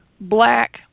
black